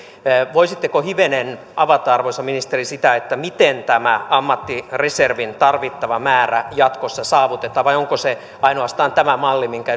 voisitteko hivenen avata arvoisa ministeri sitä miten tämä ammattireservin tarvittava määrä jatkossa saavutetaan vai onko ainoastaan tämä malli minkä